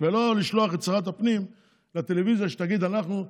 ולא לשלוח את שרת הפנים לטלוויזיה שתגיד: אנחנו,